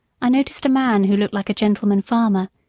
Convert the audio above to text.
i noticed a man who looked like a gentleman farmer,